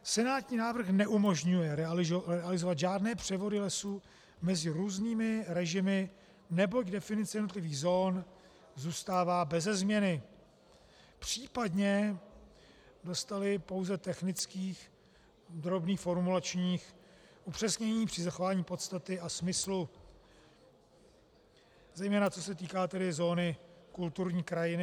Senátní návrh neumožňuje realizovat žádné převody lesů mezi různými režimy, neboť definice jednotlivých zón zůstává beze změny, případně dostaly pouze technických drobných formulačních upřesnění při zachování podstaty a smyslu, zejména co se týká zóny kulturní krajiny.